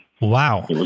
Wow